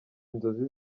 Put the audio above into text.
inzozi